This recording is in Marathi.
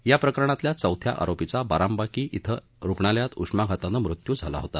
या प्रकरणातला चौथ्या आरोपीचा बारांबाकी खिल्या रुग्णालयात उष्माघातानं मृत्यू झाला होता